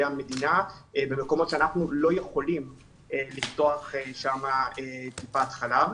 המדינה במקומות שבהם אנחנו לא יכולים לפתוח טיפת חלב.